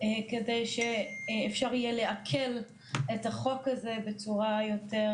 כדי שאפשר יהיה לעכל את החוק הזה בצורה יותר